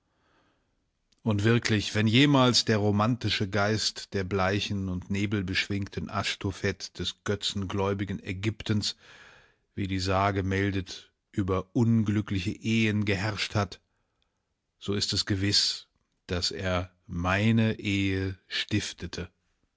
und wirklich wenn jemals der romantische geist der bleichen und nebelbeschwingten aschtophet des götzengläubigen ägyptens wie die sage meldet über unglückliche ehen geherrscht hat so ist es gewiß daß er meine ehe stiftete